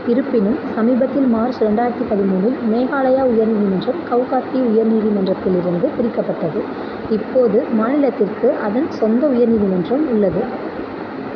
இருப்பினும் சமீபத்தில் மார்ச் ரெண்டாயிரத்து பதிமூணில் மேகாலயா உயர் நீதிமன்றம் கவுகாத்தி உயர் நீதிமன்றத்திலிருந்து பிரிக்கப்பட்டது இப்போது மாநிலத்திற்கு அதன் சொந்த உயர் நீதிமன்றம் உள்ளது